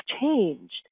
changed